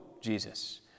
Jesus